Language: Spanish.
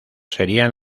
serían